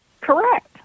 Correct